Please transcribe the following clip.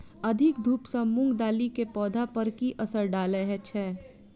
अधिक धूप सँ मूंग दालि केँ पौधा पर की असर डालय छै?